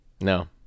No